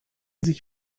sich